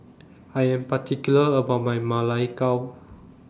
I Am particular about My Ma Lai Gao